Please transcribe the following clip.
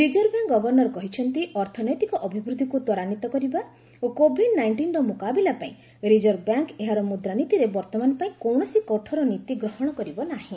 reserve bank governor କହିଛନ୍ତି ଅର୍ଥନୈତିକ ଅଭିବୃଦ୍ଧିକୁ ତ୍ୱରାନ୍ୱିତ କରିବା ଓ କୋଭିଡ୍ ନାଇଷ୍ଟିନର ମୁକାବିଲା ପାଇଁ ରିକର୍ଭ ବ୍ୟାଙ୍କ ଏହାର ମୁଦ୍ରାନୀତିରେ ବର୍ତ୍ତମାନ ପାଇଁ କୌଣସି କଠୋର ନୀତି ଗ୍ରହଣ କରିବ ନାହିଁ